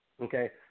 Okay